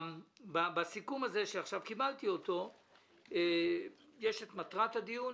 בסיכום שקיבלתי עכשיו יש את מטרת הדיון: